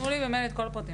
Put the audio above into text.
תנו לי במייל את כל הפרטים.